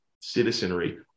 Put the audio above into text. citizenry